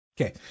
Okay